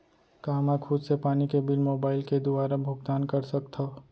का मैं खुद से पानी के बिल मोबाईल के दुवारा भुगतान कर सकथव?